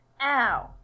Ow